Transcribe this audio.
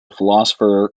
philosopher